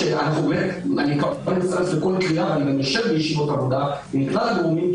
אני גם יושב בישיבות עבודה עם כלל הגורמים,